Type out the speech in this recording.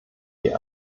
die